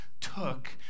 took